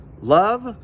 Love